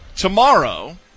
Tomorrow